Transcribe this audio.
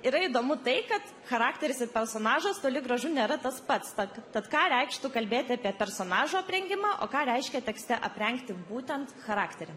yra įdomu tai kad charakteris ir personažas toli gražu nėra tas pats tad tad ką reikštų kalbėti apie personažo aprengimą o ką reiškia tekste aprengti būtent charakterį